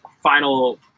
final